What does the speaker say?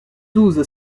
douze